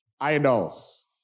Idols